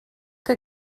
que